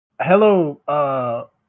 hello